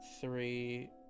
three